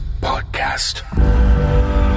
podcast